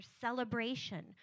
celebration